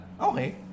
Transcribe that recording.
okay